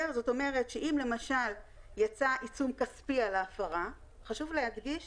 אם למשל, יצא עיצום כספי על ההפרה, חשוב להדגיש